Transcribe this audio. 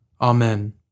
Amen